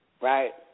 right